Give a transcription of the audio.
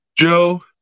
Joe